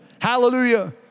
Hallelujah